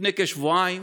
לפני כשבועיים